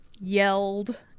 yelled